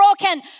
broken